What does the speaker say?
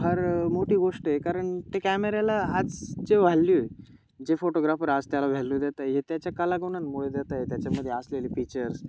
फार मोठी गोष्ट आहे कारण ते कॅमेऱ्याला आज जे व्हॅल्यू आहे जे फोटोग्राफर आज त्याला व्हॅल्यू देत आहे हे त्याच्या कलागुणांमुळे देत आहे त्याच्यामध्ये असलेले फीचर्स